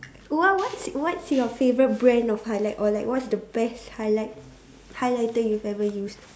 what what's what's your favourite brand of highlight or like what's the best highlight highlighter you've ever used